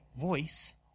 voice